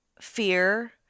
fear